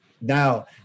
Now